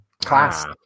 class